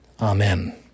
Amen